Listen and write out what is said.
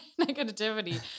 negativity